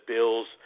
Bills –